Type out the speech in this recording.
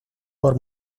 por